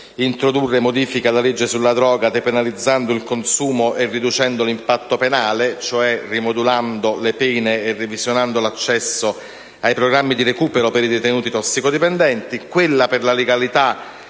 introdurre modifiche alla legge sulla droga, depenalizzando il consumo e riducendo l'impatto penale, cioè rimodulando le pene e revisionando l'accesso ai programmi di recupero per i detenuti tossicodipendenti; quello per la legalità